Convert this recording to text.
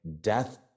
death